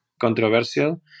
controversial